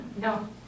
No